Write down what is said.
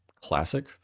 classic